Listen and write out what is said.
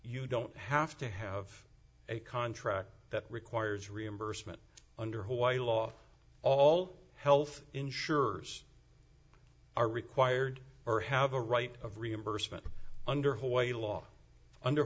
you don't have to have a contract that requires reimbursement under hawaii law all health insurers are required or have a right of reimbursement under hawaii law under